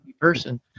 person